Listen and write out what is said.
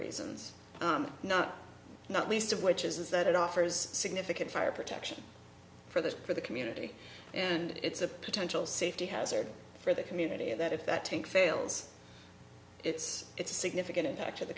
reasons not not least of which is that it offers significant fire protection for the for the community and it's a potential safety hazard for the community that if that take fails it's it's a significant impact to the